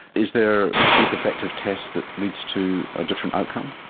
is there a cheap effective test that leads to a different outcome?